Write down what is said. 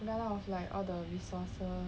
run out of like all the resources